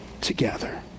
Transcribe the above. Together